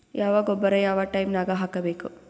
ಯಾವ ಗೊಬ್ಬರ ಯಾವ ಟೈಮ್ ನಾಗ ಹಾಕಬೇಕು?